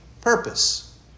purpose